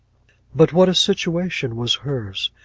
but what a situation was hers!